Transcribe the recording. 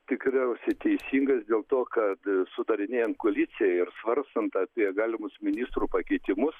tikriausiai teisingas dėl to kad sudarinėjant koaliciją ir svarstant apie galimus ministrų pakeitimus